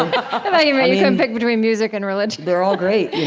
um ah yeah couldn't pick between music and religion they're all great,